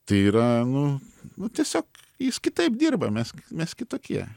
tai yra nu nu tiesiog jis kitaip dirba mes mes kitokie